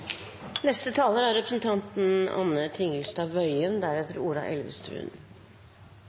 Neste taler er representanten